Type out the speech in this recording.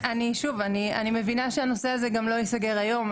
שוב, אני מבינה שהנושא הזה גם לא ייסגר היום.